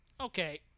okay